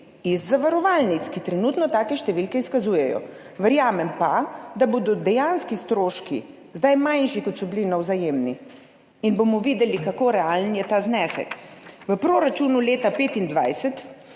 iz zavarovalnic, ki trenutno take številke izkazujejo. Verjamem pa, da bodo dejanski stroški zdaj manjši, kot so bili na Vzajemni, in bomo videli, kako realen je ta znesek. V proračunu leta 2025